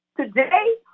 Today